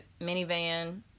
minivan